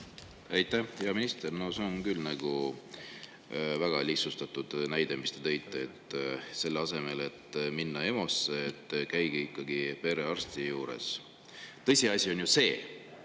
Aitäh! Hea minister! No see on küll väga lihtsustatud näide, mis te tõite, et selle asemel, et minna EMO-sse, käige ikkagi perearsti juures. Tõsiasi on ju see,